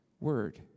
Word